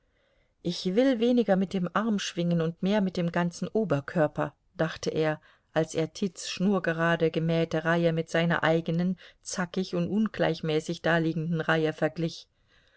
ich will weniger mit dem arm schwingen und mehr mit dem ganzen oberkörper dachte er als er tits schnurgerade gemähte reihe mit seiner eigenen zackig und ungleichmäßig daliegenden reihe verglich